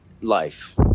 life